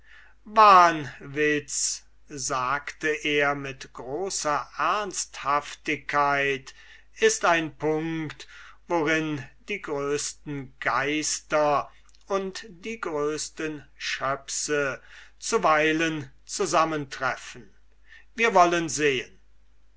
wahnwitz sagte er mit großer ernsthaftigkeit ist ein punkt worin die größten geister und die größten schöpse zuweilen zusammentreffen wir wollen sehen